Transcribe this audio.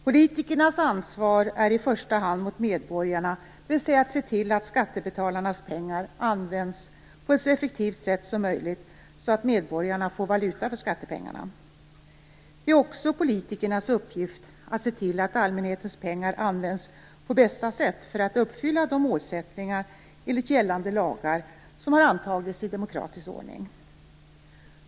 Politikerna har i första hand ett ansvar gentemot medborgarna, dvs. att se till att skattebetalarnas pengar används på ett så effektivt sätt som möjligt, så att medborgarna får valuta för skattepengarna. Det är också politikernas uppgift att se till att allmänhetens pengar används på bästa sätt för att uppfylla de mål enligt gällande lagar som antagits i demokratisk ordning.